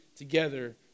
together